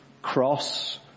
cross